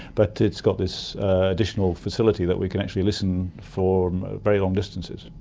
but it's got this additional facility that we can actually listen for very long distances.